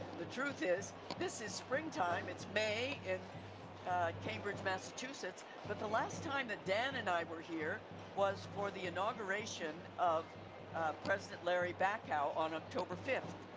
the truth is this is springtime, it's may in cambridge, massachusetts but the last time that dan and i were here was for the inauguration of president larry bacow on october fifth.